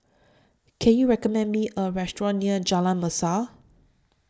Can YOU recommend Me A Restaurant near Jalan Mesra